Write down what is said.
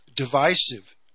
divisive